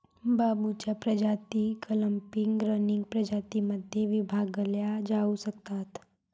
बांबूच्या प्रजाती clumping, running प्रजातीं मध्ये विभागल्या जाऊ शकतात